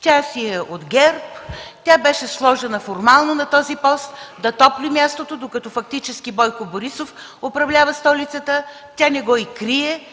Тя си е от ГЕРБ, тя беше сложена формално на този пост – да топли мястото, докато фактически Бойко Борисов управлява столицата. Тя не го и крие.